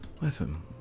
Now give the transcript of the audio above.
listen